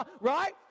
Right